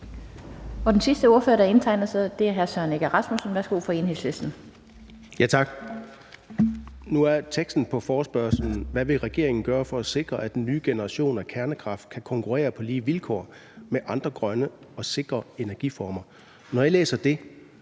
Enhedslisten. Værsgo. Kl. 10:32 Søren Egge Rasmussen (EL): Tak. Nu er teksten til forespørgslen: »Hvad vil regeringen gøre for at sikre, at den nye generation af kernekraft kan konkurrere på lige vilkår med andre grønne og sikre energiformer?« Når jeg læser det,